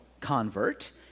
convert